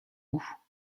goût